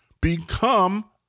become